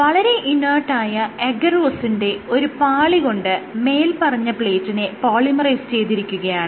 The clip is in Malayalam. വളരെ ഇനർട്ടായ അഗാരോസിന്റെ ഒരു പാളികൊണ്ട് മേല്പറഞ്ഞ പ്ലേറ്റിനെ പോളിമറൈസ് ചെയ്തിരിക്കുകയാണ്